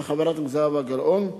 זהבה גלאון.